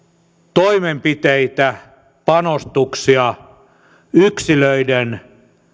toimenpiteitä panostuksia yksilöiden